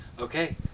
okay